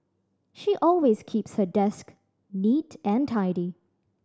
she always keeps her desk neat and tidy